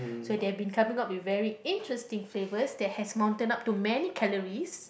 so they have been coming up with very interesting flavours that has mountain up to many calories